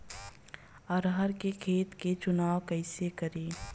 अरहर के खेत के चुनाव कईसे करी?